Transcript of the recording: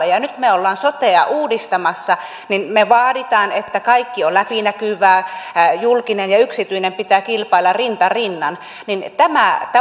nyt kun me olemme sotea uudistamassa niin me vaadimme että kaikki on läpinäkyvää julkisen ja yksityisen pitää kilpailla rinta rinnan